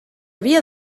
havia